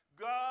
God